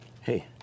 Hey